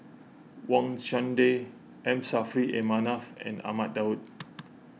Wang Chunde M Saffri A Manaf and Ahmad Daud